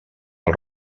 del